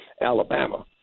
Alabama